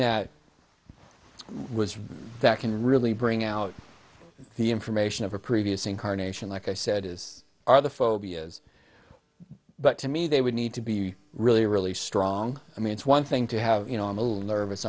that was that can really bring out the information of a previous incarnation like i said is are the phobias but to me they would need to be really really strong i mean it's one thing to have you know